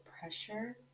pressure